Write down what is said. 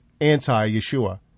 anti-Yeshua